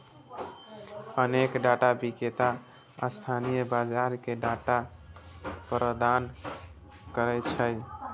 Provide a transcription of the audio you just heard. अनेक डाटा विक्रेता स्थानीय बाजार कें डाटा प्रदान करै छै